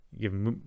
give